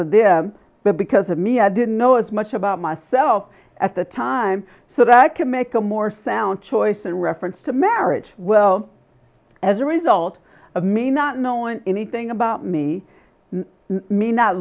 of this but because of me i didn't know as much about myself at the time so that i can make a more sound choice in reference to marriage well as a result of me not knowing anything about me me not